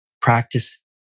practice